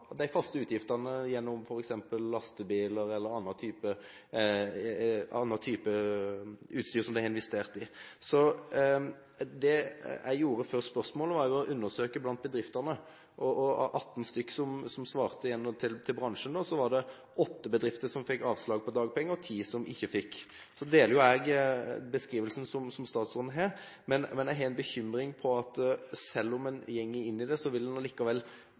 de faste utgiftene mest mulig, f.eks. lastebiler eller annen type utstyr som de har investert i. Det jeg gjorde før jeg stilte spørsmålet, var å undersøke blant bedriftene. Av 18 bedrifter i bransjen som svarte, var det åtte bedrifter som svarte at de fikk avslag på dagpenger, og ti som svarte at de ikke fikk det. Jeg deler beskrivelsen til statsråden, men jeg har en bekymring for at selv om en går inn i det, vil en